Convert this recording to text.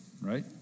right